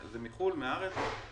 זה מחו"ל, מהארץ?